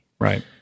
Right